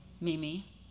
Mimi